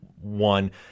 one